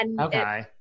Okay